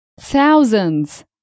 Thousands